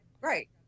Right